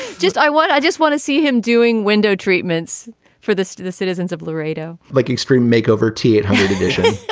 just i want i just want to see him doing window treatments for this to the citizens of laredo like extreme makeover tiered edition